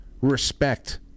respect